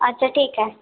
अच्छा ठीक आहे